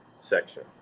section